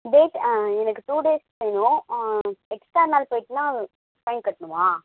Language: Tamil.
டேட் ஆ எனக்கு டூ டேஸ் வேணும் எக்ஸ்ட்ரா நாள் போயிருச்சுன்னா ஃபைன் கட்டணுமா